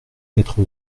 quatre